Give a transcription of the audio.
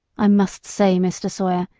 i must say, mr. sawyer,